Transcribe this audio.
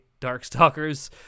Darkstalkers